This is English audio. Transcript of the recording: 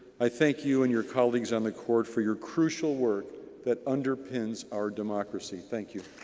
i thank you and your colleagues on the court for your crucial work that underpins our democracy. thank you.